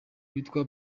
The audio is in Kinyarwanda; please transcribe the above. witwa